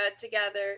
together